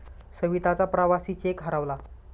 सविताचा प्रवासी चेक हरवला